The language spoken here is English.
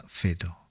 fido